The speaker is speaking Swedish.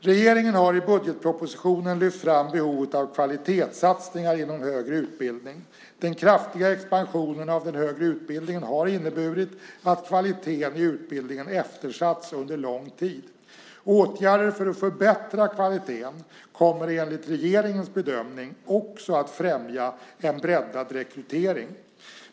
Regeringen har i budgetpropositionen lyft fram behovet av kvalitetssatsningar inom högre utbildning. Den kraftiga expansionen av den högre utbildningen har inneburit att kvaliteten i utbildningen eftersatts under lång tid. Åtgärder för att förbättra kvaliteten kommer enligt regeringens bedömning också att främja en breddad rekrytering.